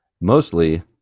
mostly